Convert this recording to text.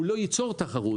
הוא לא יצור תחרות.